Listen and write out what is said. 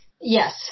Yes